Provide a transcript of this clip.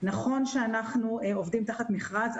נכון שאנחנו עובדים תחת מכרז,